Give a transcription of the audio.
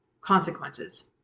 consequences